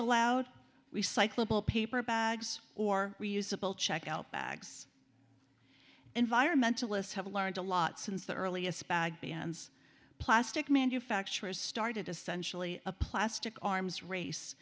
allowed we cyclable paper bags or reusable checkout bags environmentalists have learned a lot since the earliest bans plastic manufacturers started essentially a plastic arms race